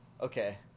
okay